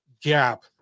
gap